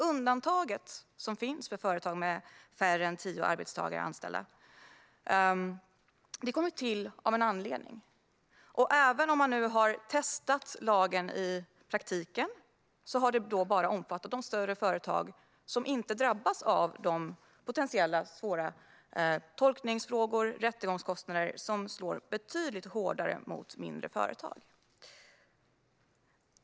Undantaget som finns för företag med färre än tio anställda kom till av en anledning, och även om man nu har testat lagen i praktiken har det bara omfattat de större företag som inte drabbas av de potentiellt svåra tolkningsfrågor och rättegångskostnader som slår betydligt hårdare mot mindre företag.